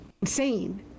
insane